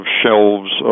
shelves